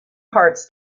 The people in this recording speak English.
parts